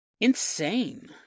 Insane